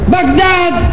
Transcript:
Baghdad